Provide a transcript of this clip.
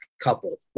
couple